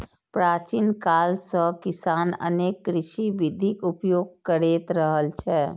प्राचीन काल सं किसान अनेक कृषि विधिक उपयोग करैत रहल छै